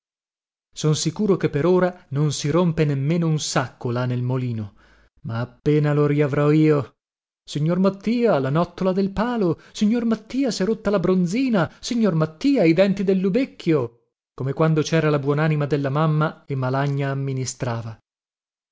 son sicuro che per ora non si rompe nemmeno un sacco là nel molino ma appena lo riavrò io signor mattia la nottola del palo signor mattia sè rotta la bronzina signor mattia i denti del lubecchio come quando cera la buonanima della mamma e malagna amministrava